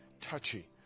touchy